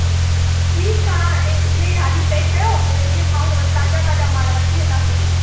अच्छा ठीकु आहे हाणे ईअंई हाली पैक कयो पहले इहे खाऊं था वरी ताज़ा ताज़ा माल वठी वेंदासीं न